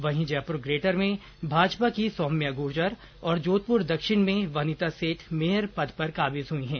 वहीं जयपुर ग्रेटर में भाजपा की सौम्या गुर्जर और जोधपुर दक्षिण में वनिता सेठ मेयर के पद पर काबिज हई हैं